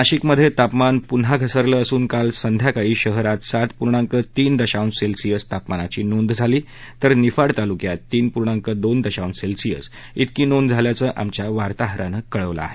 नाशिक मध्ये तापमान प्रन्हा घसरलं असून काल सायंकाळी शहरात सात पूर्णांक तीन दशांश सेल्सियस तापमानाची नोंद झाली तर निफाड तालुक्यात तीन पूर्णांक दोन दशांश सेल्सिअस इतकी नोंद झाल्याचं आमच्या वार्ताहरानं कळवलं आहे